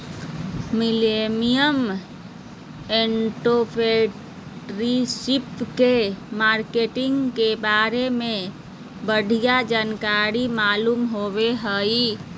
millennial entrepreneurship के marketing के बारे में बढ़िया जानकारी मालूम होबो हय